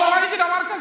עוד לא ראיתי דבר כזה.